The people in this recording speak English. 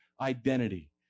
identity